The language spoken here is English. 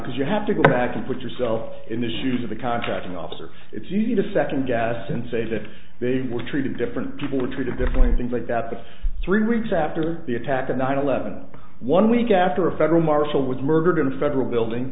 because you have to go back and put yourself in the shoes of the contracting officer it's easy to second guess and say that they were treated different people were treated different things like that the three weeks after the attack of nine eleven one week after a federal marshal was murdered in a federal building